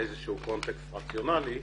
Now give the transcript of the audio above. איזשהו קונטקסט רציונלי.